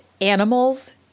animals